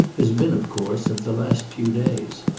has been of course of the last few days.